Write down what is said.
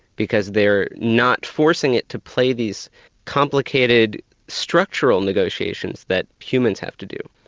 because they're not forcing it to play these complicated structural negotiations that humans have to do.